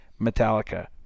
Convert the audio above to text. metallica